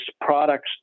products